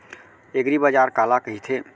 एगरीबाजार काला कहिथे?